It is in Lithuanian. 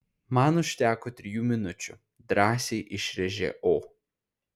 man užteko trijų minučių drąsiai išrėžė o